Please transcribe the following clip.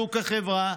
לריסוק החברה.